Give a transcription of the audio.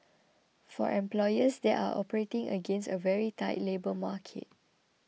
for employers they are operating against a very tight labour market